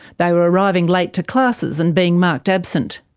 they were arriving late to classes and being marked absent.